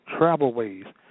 travelways